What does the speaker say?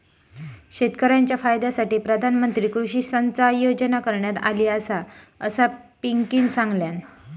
शेतकऱ्यांच्या फायद्यासाठी प्रधानमंत्री कृषी सिंचाई योजना करण्यात आली आसा, असा पिंकीनं सांगल्यान